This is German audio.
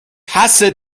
hasse